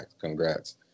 congrats